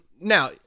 Now